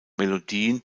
melodien